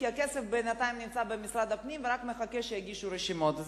כי הכסף בינתיים נמצא במשרד הפנים שרק מחכה שיגישו רשימות.